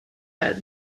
head